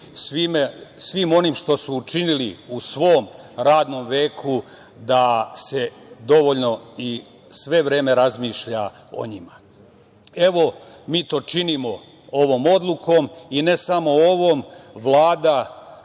svim onim što su učinili u svom radnom veku da se dovoljno i sve vreme razmišlja o njima. Evo, mi to činimo ovom odlukom i ne samo ovom, Vlada